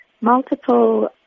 multiple